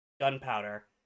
gunpowder